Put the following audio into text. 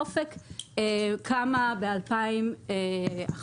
אופק קמה ב-2011.